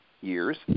years